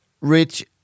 Rich